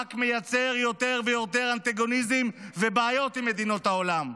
רק מייצר יותר ויותר אנטגוניזם ובעיות עם מדינות העולם.